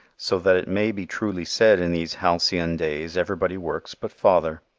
so that it may be truly said in these halcyon days everybody works but father.